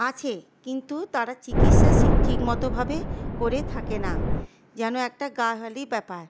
আছে কিন্তু তারা চিকিৎসা ঠিক মতোভাবে করে থাকে না যেন একটা গা হেলি ব্যাপার